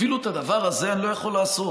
אפילו את הדבר הזה אני לא יכול לעשות?